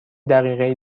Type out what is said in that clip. دقیقه